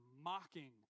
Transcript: mocking